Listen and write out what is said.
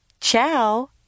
Ciao